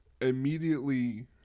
immediately